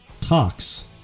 talks